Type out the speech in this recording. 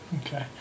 Okay